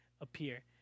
appear